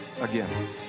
again